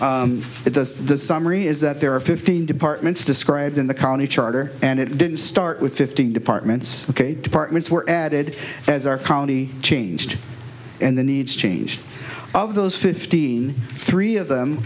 there it does the summary is that there are fifteen departments described in the colony charter and it didn't start with fifteen departments ok departments were added as our county changed and the needs changed of those fifteen three of them